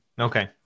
Okay